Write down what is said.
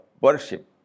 worship